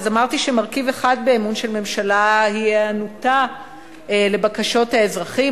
אמרתי שמרכיב אחד באמון של ממשלה הוא היענותה לבקשות האזרחים,